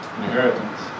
inheritance